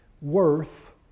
worth